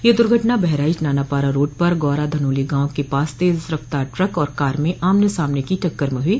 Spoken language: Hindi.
यह दुर्घटना बहराइच नानापारा रोड पर गौरा धनोली गांव के पास तेज रफ्तार ट्रक और कार में आमने सामने टक्कर में हुई